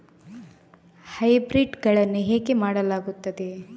Hybrid ಗಳನ್ನು ಹೇಗೆ ಮಾಡಲಾಗುತ್ತದೆ?